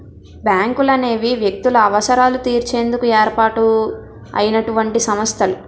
బ్యాంకులనేవి వ్యక్తుల అవసరాలు తీర్చేందుకు ఏర్పాటు అయినటువంటి సంస్థలు